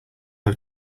low